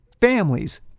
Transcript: families